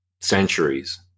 centuries